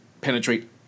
penetrate